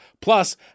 Plus